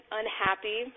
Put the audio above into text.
unhappy